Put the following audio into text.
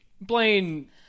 blaine